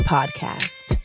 Podcast